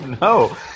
No